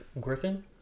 Griffin